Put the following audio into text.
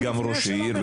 הייתי גם ראש עיר,